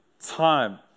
time